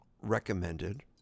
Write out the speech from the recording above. recommended